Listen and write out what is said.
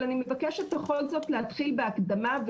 אבל אני מבקשת בכל זאת להתחיל בהקדמה.